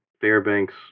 Fairbanks